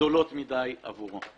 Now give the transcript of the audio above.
גדולות מדי עבורו.